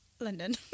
London